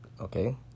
Okay